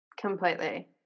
completely